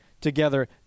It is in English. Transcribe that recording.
together